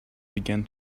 began